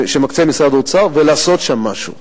שמקצה משרד האוצר ולעשות שם משהו.